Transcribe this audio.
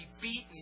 beaten